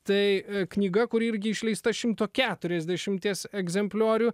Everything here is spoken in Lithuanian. tai knyga kuri irgi išleista šimto keturiasdešimties egzempliorių